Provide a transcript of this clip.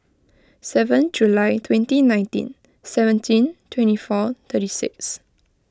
seven July twenty nineteen seventeen twenty four thirty six